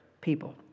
people